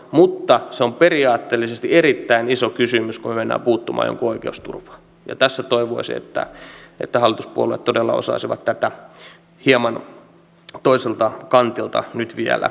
mutta se on periaatteellisesti erittäin iso kysymys kun me menemme puuttumaan jonkun oikeusturvaan ja tässä toivoisi että hallituspuolueet todella osaisivat tätä hieman toiselta kantilta nyt vielä harkita